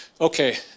Okay